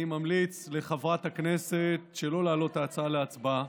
אני ממליץ לחברת הכנסת שלא להעלות את ההצעה להצבעה,